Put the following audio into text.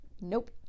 Nope